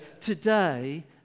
today